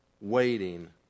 Waiting